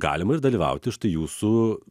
galima ir dalyvauti štai jūsų